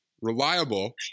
reliable